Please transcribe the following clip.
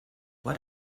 what